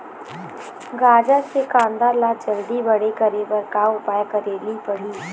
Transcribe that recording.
गाजर के कांदा ला जल्दी बड़े करे बर का उपाय करेला पढ़िही?